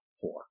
four